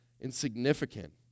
insignificant